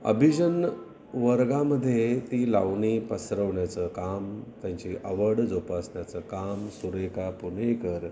अभिजनवर्गामध्ये ती लावणी पसरवण्याचं काम त्यांची आवड जोपासण्याचं काम सुरेखा पुणेकर